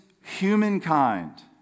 humankind